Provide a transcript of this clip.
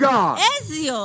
God